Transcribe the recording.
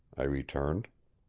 i returned.